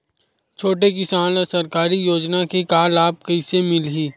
छोटे किसान ला सरकारी योजना के लाभ कइसे मिलही?